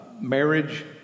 marriage